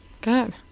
Good